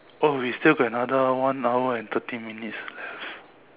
oh we still got another one hour and thirteen minutes left